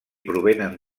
provenen